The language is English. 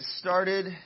started